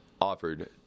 offered